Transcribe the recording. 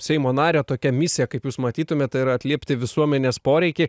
seimo nario tokia misija kaip jūs matytumėt yra atliepti visuomenės poreikį